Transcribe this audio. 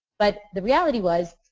but the reality was,